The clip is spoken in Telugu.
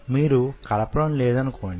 మీరు కలపడం లేదనుకోండి